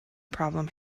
problem